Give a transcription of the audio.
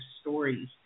stories